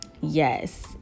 Yes